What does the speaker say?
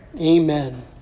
amen